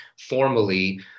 formally